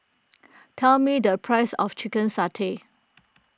tell me the price of Chicken Satay